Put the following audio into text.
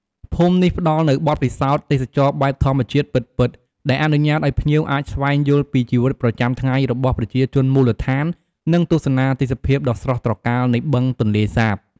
ភូមិនេះផ្តល់នូវបទពិសោធន៍ទេសចរណ៍បែបធម្មជាតិពិតៗ ដែលអនុញ្ញាតឱ្យភ្ញៀវអាចស្វែងយល់ពីជីវិតប្រចាំថ្ងៃរបស់ប្រជាជនមូលដ្ឋាន និងទស្សនាទេសភាពដ៏ស្រស់ត្រកាលនៃបឹងទន្លេសាប។